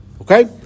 okay